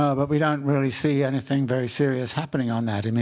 ah but we don't really see anything very serious happening on that. i mean